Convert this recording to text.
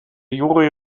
juri